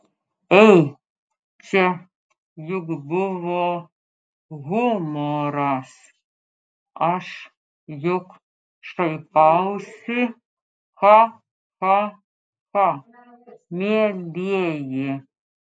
ei čia juk buvo humoras aš juk šaipausi cha cha cha mielieji